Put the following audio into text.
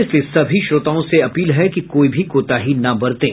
इसलिए सभी श्रोताओं से अपील है कि कोई भी कोताही न बरतें